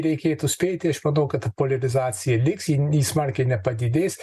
reikėtų spėti aš manau kad poliarizacija liks ji smarkiai nepadidės